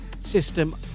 System